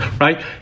Right